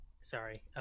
sorry